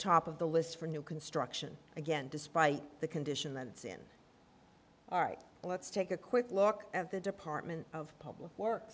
top of the list for new construction again despite the condition that it's in let's take a quick look at the department of public works